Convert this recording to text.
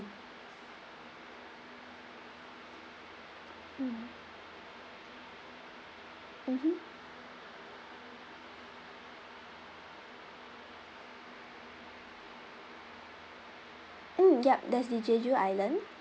mm mmhmm mm yup that's the jeju island